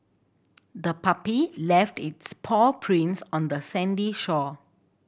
the puppy left its paw prints on the sandy shore